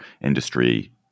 industry